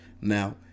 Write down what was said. Now